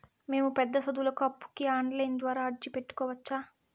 మేము పెద్ద సదువులకు అప్పుకి ఆన్లైన్ ద్వారా అర్జీ పెట్టుకోవచ్చా?